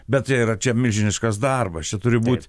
bet tai yra čia milžiniškas darbas čia turi būt